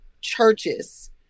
churches